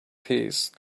peace